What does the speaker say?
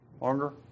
longer